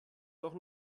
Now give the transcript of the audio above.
doch